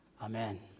Amen